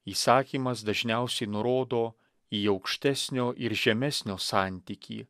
įsakymas dažniausiai nurodo į aukštesnio ir žemesnio santykį